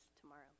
tomorrow